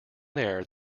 there